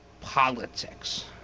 politics